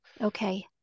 Okay